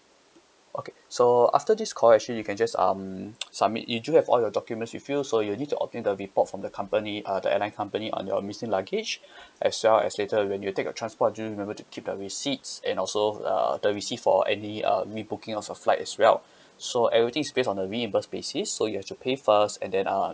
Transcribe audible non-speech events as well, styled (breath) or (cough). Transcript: okay so after this call actually you can just um submit in do you have all the documents you filled so you need to obtain the report from the company uh the airline company on your missing luggage (breath) as well as later when you take a transport do remember to keep a receipts and also uh the receipt for any um rebooking of a flight as well (breath) so everything is based on a reimburse basis so you have to pay first and then uh